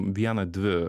vieną dvi